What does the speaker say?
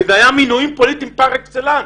כי אלה היו מינויים פוליטיים פר-אקסלנס.